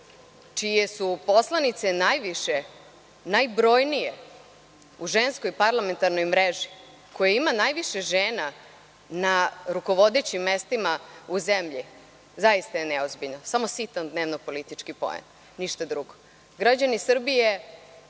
čije su poslanice najviše, najbrojnije u Ženskoj parlamentarnoj mreži, koja ima najviše žena na rukovodećim mestima u zemlji, zaista je neozbiljno, samo sitan dnevno-politički poen, ništa drugo. Građani Srbije